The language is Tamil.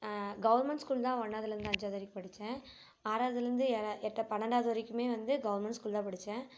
கவர்மெண்ட் ஸ்கூல் தான் ஒன்னாவதுலேருந்து அஞ்சாவது வரைக்கும் படித்தேன் ஆறாவதுலேருந்து ஏழா எட்டை பன்னெண்டாவது வரைக்குமே வந்து கவர்மெண்ட் ஸ்கூல் தான் படித்தேன்